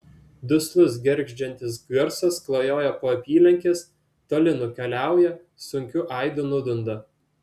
duslus gergždžiantis garsas klajoja po apylinkes toli nukeliauja sunkiu aidu nudunda